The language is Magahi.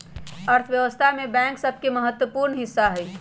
अर्थव्यवस्था में बैंक सभके महत्वपूर्ण हिस्सा होइ छइ